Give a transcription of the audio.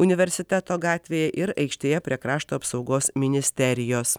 universiteto gatvėje ir aikštėje prie krašto apsaugos ministerijos